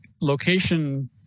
location